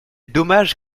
dommage